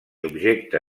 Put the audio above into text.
objecte